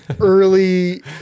early